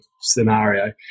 scenario